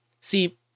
See